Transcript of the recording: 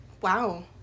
wow